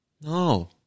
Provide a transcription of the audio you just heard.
No